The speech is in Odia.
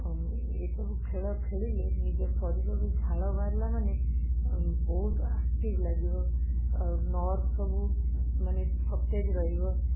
ଏସବୁ ଖେଳ ଖେଳିଲେ ନିଜ ଶରୀରରୁ ଝାଳ ବାହାରିଲା ମାନେ ବହୁତ ଆକ୍ଟିଭ ଲାଗିବ ଆଉ ନର୍ଭ ସବୁ ମାନେ ସତେଜ ରହିବ